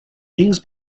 things